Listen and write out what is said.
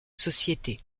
société